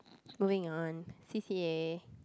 moving on C_C_A